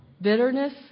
Bitterness